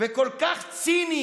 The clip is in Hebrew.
וכל כך ציני